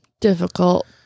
difficult